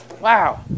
Wow